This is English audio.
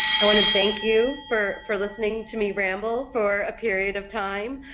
i want to thank you for for listening to me ramble for a period of time,